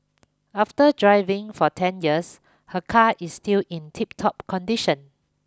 after driving for ten years her car is still in tiptop condition